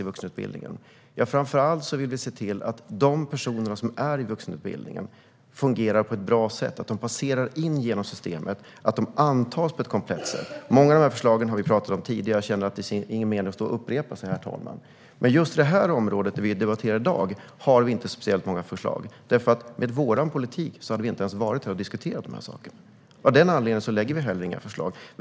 Framför allt vill vi se till att det fungerar på ett bra sätt för de personer som är i vuxenutbildningen - att de passerar in i systemet och antas på ett komplett sätt. Vi har talat om många av de här förslagen tidigare, och jag känner inte att det är någon mening att jag står här och upprepar mig. Men på just det här området som vi debatterar i dag har vi inte så många förslag, därför att med vår politik hade vi inte behövt stå här och diskutera de här sakerna. Av den anledningen lägger vi heller inga förslag.